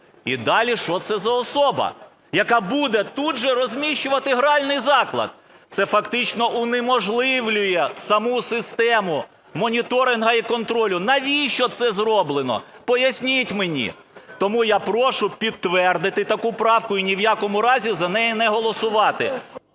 І далі, що це за особа, яка буде тут же розміщувати гральний заклад. Це фактично унеможливлює саму систему моніторингу і контролю. Навіщо це зроблено, поясніть мені. Тому я прошу підтвердити таку правку і ні в якому разі за неї не голосувати.